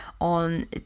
on